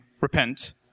Repent